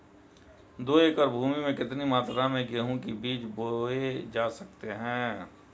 दो एकड़ भूमि में कितनी मात्रा में गेहूँ के बीज बोये जा सकते हैं?